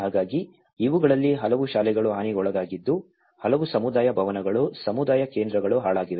ಹಾಗಾಗಿ ಇವುಗಳಲ್ಲಿ ಹಲವು ಶಾಲೆಗಳು ಹಾನಿಗೊಳಗಾಗಿದ್ದು ಹಲವು ಸಮುದಾಯ ಭವನಗಳು ಸಮುದಾಯ ಕೇಂದ್ರಗಳು ಹಾಳಾಗಿವೆ